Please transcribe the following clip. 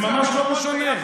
זה ממש לא משנה.